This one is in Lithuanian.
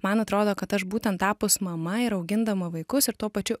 man atrodo kad aš būtent tapus mama ir augindama vaikus ir tuo pačiu